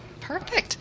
Perfect